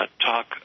talk